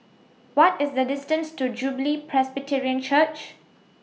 What IS The distance to Jubilee Presbyterian Church